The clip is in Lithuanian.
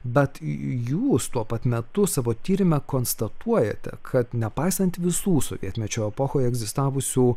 bet jūs tuo pat metu savo tyrime konstatuojate kad nepaisant visų sovietmečio epochoje egzistavusių